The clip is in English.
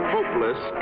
Hopeless